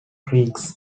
creeks